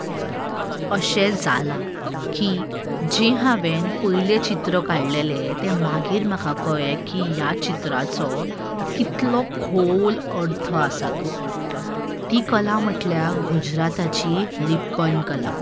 हय अशें जालां की जें हांवें पयलें चित्र काडलेलें तें मागीर म्हाका कळ्ळें की ह्या चित्राचो कितलो खोल अर्थ आसा तो ती कला म्हटल्यार गुजराताची लिप्पन कला